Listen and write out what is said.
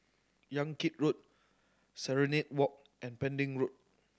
Yan Kit Road Serenade Walk and Pending Road